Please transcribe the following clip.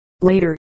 Later